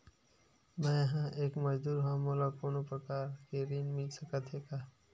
मैं एक मजदूर हंव त मोला कोनो प्रकार के ऋण मिल सकत हे का?